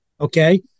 okay